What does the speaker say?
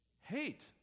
Hate